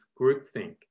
groupthink